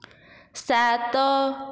ସାତ